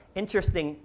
interesting